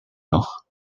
noch